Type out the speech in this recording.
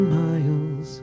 miles